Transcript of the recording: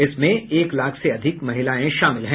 इसमें एक लाख से अधिक महिलाएं शामिल हैं